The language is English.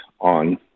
on